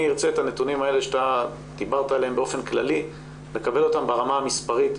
ארצה את הנתונים האלה שאתה דיברת עליהם באופן כללי לקבל ברמה המספרית,